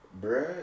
Bro